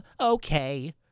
Okay